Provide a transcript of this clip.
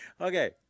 Okay